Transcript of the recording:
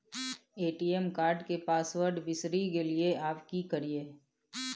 ATM card के password बिसरि गेलियै आबय की करियै?